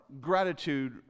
gratitude